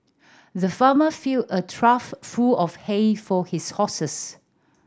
the farmer filled a trough full of hay for his horses